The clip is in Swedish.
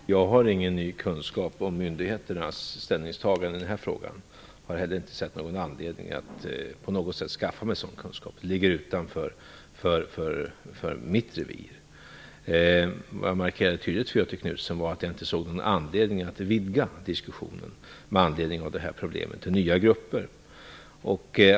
Fru talman! Jag har ingen ny kunskap om myndigheternas ställningstagande i den här frågan och har heller inte sett någon anledning att skaffa mig sådan kunskap. Det ligger utanför mitt revir. Vad jag markerade tydligt för Göthe Knutson var att jag inte ser någon anledning att vidga diskussionen till nya grupper med anledning av det här problemet.